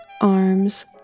arms